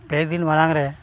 ᱯᱮ ᱫᱤᱱ ᱢᱟᱲᱟᱝ ᱨᱮ